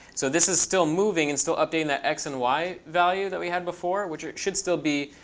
so this is still moving and still updating that x and y value that we had before, which should still be